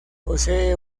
posee